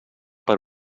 per